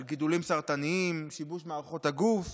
על גידולים סרטניים, שיבוש מערכות הגוף.